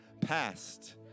past